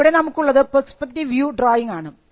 ഇവിടെ നമുക്കുള്ളത് perspective view drawing ആണ്